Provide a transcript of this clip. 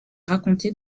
racontée